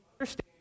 understand